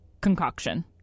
concoction